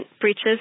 breaches